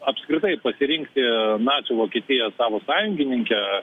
apskritai pasirinkti nacių vokietiją savo sąjungininke